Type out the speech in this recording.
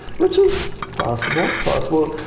which is possible. possible.